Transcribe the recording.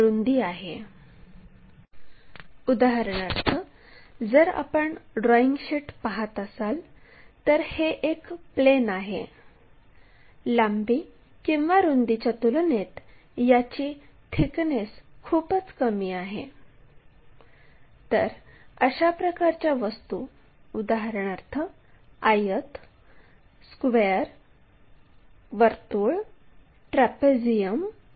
तिसरे उदाहरण असे आहे की टॉप व्ह्यू मध्ये 75 मिमी लांबीची लाईन cd आहे जीची लांबी 50 मिमी आहे आणि c हे आडव्या प्लेनमध्ये आहे आणि तो उभ्या प्लेनच्यासमोर 50 मिमी अंतरावर आहे